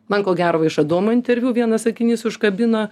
man ko gero va iš adomo interviu vienas sakinys užkabino